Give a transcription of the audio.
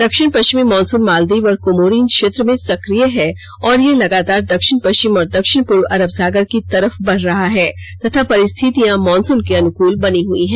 दक्षिण पश्चिमी मानसून मालदीव और कोमोरिन क्षेत्र में सक्रिय है और यह लगातार दक्षिण पश्चिम और दक्षिण पूर्व अरब सागर की तरफ बढ़ रहा है तथा परिस्थितियां मानसून के अनुकूल बनी हुई हैं